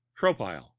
tropile